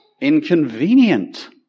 inconvenient